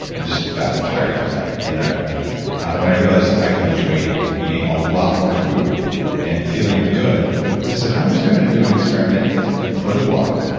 and just fat and tired all the time and and when i realized i could lose weight eating a lot more food and feeling good, i said i'm just going to do an experiment for the blog.